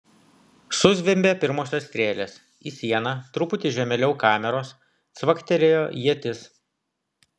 suzvimbė pirmosios strėlės į sieną truputį žemėliau kameros cvaktelėjo ietis